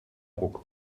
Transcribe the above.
ruck